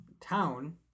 town